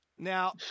Now